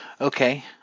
Okay